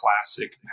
classic